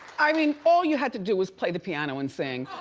i mean, all you had to do was play the piano and sing.